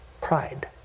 pride